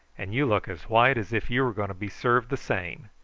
and you look as white as if you were going to be served the same.